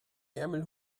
ärmel